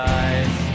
eyes